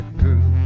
girl